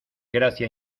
gracia